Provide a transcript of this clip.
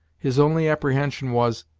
his only apprehension was,